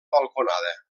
balconada